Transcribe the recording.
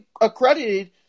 accredited